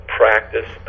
practice